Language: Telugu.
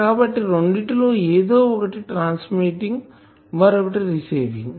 కాబట్టి రెండిటి లో ఎదో ఒకటి ట్రాన్స్మిటింగ్ మరొకటి రిసీవింగ్